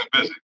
busy